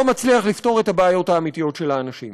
מצליח לפתור את הבעיות האמיתיות של האנשים.